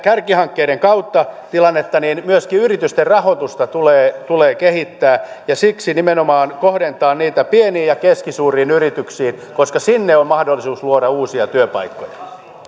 kärkihankkeiden kautta tilannetta myöskin yritysten rahoitusta tulee tulee kehittää ja siksi kohdentaa sitä nimenomaan pieniin ja keskisuuriin yrityksiin koska sinne on mahdollisuus luoda uusia työpaikkoja